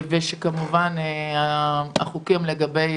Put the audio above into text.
ושכמובן החוקים לגבי